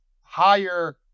higher